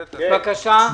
בבקשה.